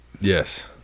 yes